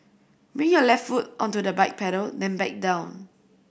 bring your left foot onto the bike pedal then back down